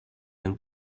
yang